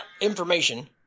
information